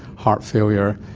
heart failure,